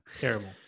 Terrible